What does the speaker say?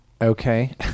Okay